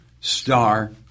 star